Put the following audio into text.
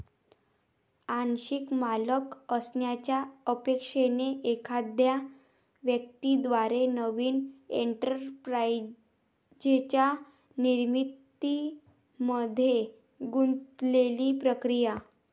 आंशिक मालक असण्याच्या अपेक्षेने एखाद्या व्यक्ती द्वारे नवीन एंटरप्राइझच्या निर्मितीमध्ये गुंतलेली प्रक्रिया